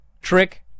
Trick